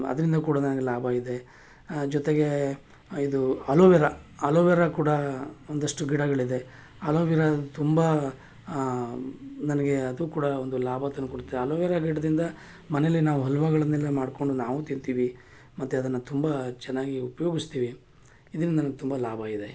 ಅದರಿಂದ ಕೂಡ ನನಗೆ ಲಾಭ ಆಗಿದೆ ಜೊತೆಗೆ ಇದು ಅಲೋ ವೆರ ಅಲೋ ವೆರ ಕೂಡ ಒಂದಷ್ಟು ಗಿಡಗಳಿದೆ ಅಲೋ ವೆರ ತುಂಬ ನನಗೆ ಅದು ಕೂಡ ಒಂದು ಲಾಭ ತಂದು ಕೊಡ್ತೆ ಅಲೋವೆರ ಗಿಡದಿಂದ ಮನೆಯಲ್ಲಿ ನಾವು ಹಲ್ವಗಳನ್ನೆಲ್ಲ ಮಾಡಿಕೊಂಡು ನಾವು ತಿಂತೀವಿ ಮತ್ತು ಅದನ್ನು ತುಂಬ ಚೆನ್ನಾಗಿ ಉಪಯೋಗಿಸ್ತೀವಿ ಇದ್ರಿಂದ ನನಗೆ ತುಂಬ ಲಾಭ ಆಗಿದೆ